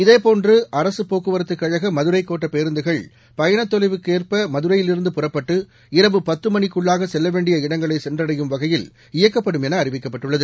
இதேபோன்று அரசுப் போக்குவரத்து கழக மதுரை கோட்ட பேருந்துகள் பயண தொலைவுக்கேற்ப மதுரையிலிருந்து புறப்பட்டு இரவு பத்து மணிக்குள்ளாக செல்ல வேண்டிய இடங்களை சென்றடையும் வகையில் இயக்கப்படும் என அறிவிக்கப்பட்டுள்ளது